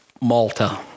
Malta